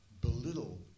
belittle